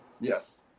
Yes